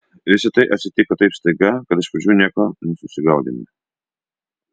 visa tai atsitiko taip staiga kad iš pradžių nieko nesusigaudėme